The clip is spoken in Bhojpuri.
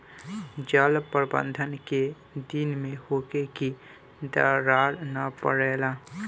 जल प्रबंधन केय दिन में होखे कि दरार न परेला?